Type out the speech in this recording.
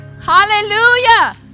Hallelujah